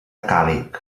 càlig